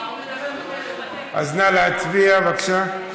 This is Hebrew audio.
נא להצביע, בבקשה.